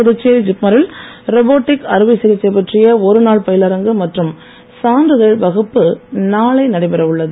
புதுச்சேரி ஜிப்ம ரில் ரோபோடிக் அறுவை சிகிச்சை பற்றிய ஒரு நாள் பயிலரங்கு மற்றும் சான்றிதழ் வகுப்பு நாளை நடைபெற உள்ளது